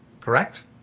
correct